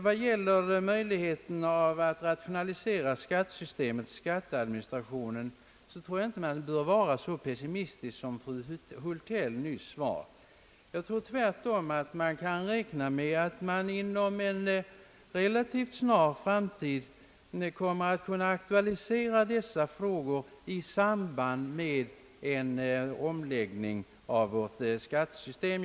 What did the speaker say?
Beträffande möjligheten att rationalisera uppbördsoch skatteadministrationen tror jag inte att man bör vara så pessimistisk som fru Hultell nyss var. Jag tror tvärtom att vi kan räkna med att man inom en relativt snar framtid kommer att kunna aktualisera dessa frågor i samband med en omläggning av skattesystemet.